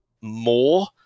more